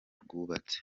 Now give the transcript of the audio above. rwubatse